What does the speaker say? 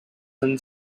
and